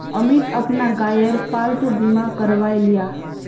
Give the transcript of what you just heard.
अमित अपना गायेर पालतू बीमा करवाएं लियाः